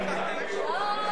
לא.